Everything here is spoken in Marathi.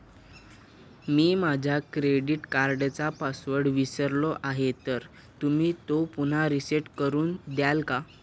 मी माझा क्रेडिट कार्डचा पासवर्ड विसरलो आहे तर तुम्ही तो पुन्हा रीसेट करून द्याल का?